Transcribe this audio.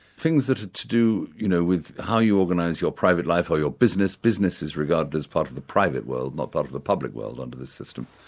things that are to do you know with how you organise your private life or business. business is regarded as part of the private world, not part of the public world under this system.